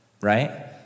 right